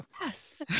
Yes